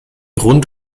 rund